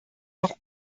noch